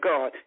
God